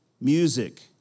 music